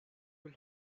will